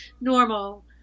normal